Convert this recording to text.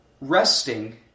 Resting